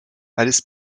alice